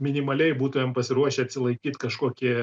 minimaliai būtumėm pasiruošę atsilaikyt kažkokį